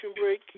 break